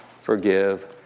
forgive